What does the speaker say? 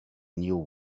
new